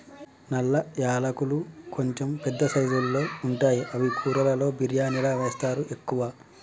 నల్ల యాలకులు కొంచెం పెద్ద సైజుల్లో ఉంటాయి అవి కూరలలో బిర్యానిలా వేస్తరు ఎక్కువ